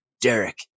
Derek